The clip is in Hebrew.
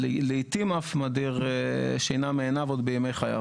ולעיתים אף מדיר שינה מעיניו עוד בימי חייו.